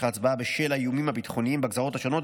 ההצבעה בשל האיומים הביטחוניים בגזרות השונות,